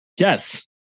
Yes